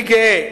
אני גאה,